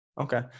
Okay